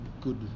good